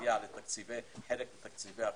תגיע לחלק מתקציבי הקורונה.